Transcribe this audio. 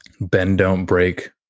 bend-don't-break